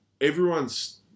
Everyone's